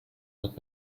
not